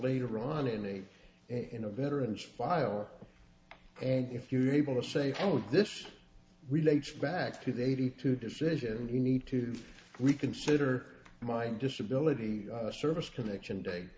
later on in a in a veteran's file and if you're able to say all of this relates back to the eighty two decision you need to reconsider my disability service connection d